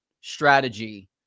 strategy